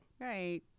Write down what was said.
Right